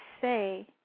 say